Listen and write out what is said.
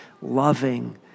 loving